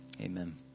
Amen